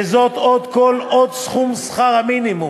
וזאת כל עוד סכום שכר המינימום